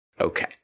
Okay